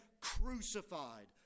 crucified